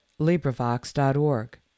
LibriVox.org